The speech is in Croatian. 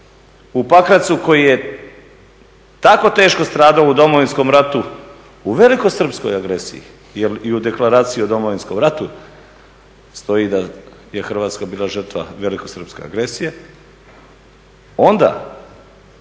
u Pakracu koji je tako teško stradao u Domovinskom ratu u Velikosrpskoj agresiji i u deklaraciji o Domovinskom ratu stoji da je Hrvatska bila žrtva Velikosrpske agresije, onda